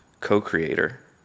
co-creator